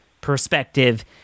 perspective